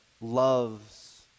loves